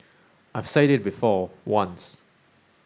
I've said it before once